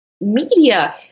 media